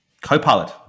Copilot